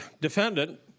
defendant